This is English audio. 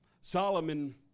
Solomon